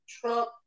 Trump